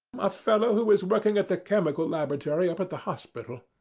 a fellow who is working at the chemical laboratory up at the hospital.